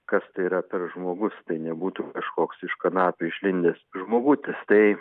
kas tai yra per žmogus tai nebūtų kažkoks iš kanapių išlindęs žmogutis tai